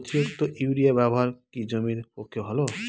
অতিরিক্ত ইউরিয়া ব্যবহার কি জমির পক্ষে ভালো?